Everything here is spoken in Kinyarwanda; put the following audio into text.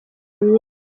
myinshi